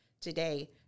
today